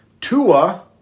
Tua